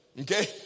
okay